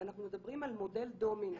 ואנחנו מדברים על מודל דומינו.